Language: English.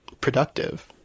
productive